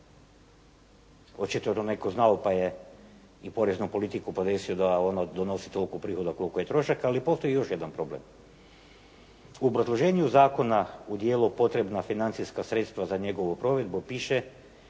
Očito da je to netko znao pa je i poreznu politiku podesio da ona donosi toliko prihoda koliko i trošak, ali postoji još jedan problem. U obrazloženju zakona u dijelu potrebna financijska sredstva za njegovu provedbu piše